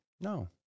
No